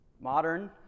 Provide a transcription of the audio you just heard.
modern